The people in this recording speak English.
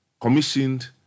commissioned